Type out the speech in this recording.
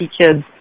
kids